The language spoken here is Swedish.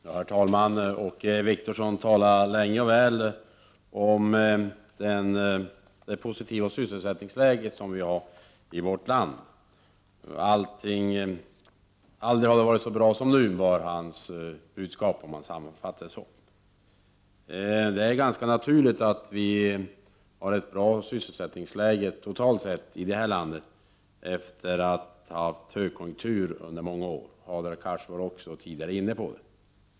Herr talman! Åke Wictorsson talade länge och väl om det positiva sysselsättningsläget i vårt land. Aldrig har det varit så bra som nu, var i sammanfattning hans budskap. Det är ganska naturligt att vi har ett bra sysselsättningsläge totalt sett här i landet efter att ha haft högkonjunktur under många år. Hadar Cars var också tidigare inne på detta.